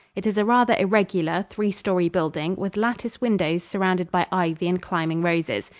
it is a rather irregular, three-story building, with lattice windows surrounded by ivy and climbing roses.